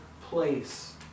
place